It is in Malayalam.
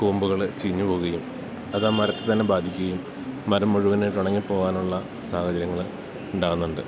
കൂമ്പുകള് ചീഞ്ഞു പോവുകയും അതാ മരത്തെത്തന്നെ ബാധിക്കുകയും മരം മുഴുവനായിട്ടുണങ്ങിപ്പോകാനുള്ള സാഹചര്യങ്ങള് ഉണ്ടാകുന്നുണ്ട്